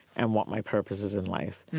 and what my purpose is in life.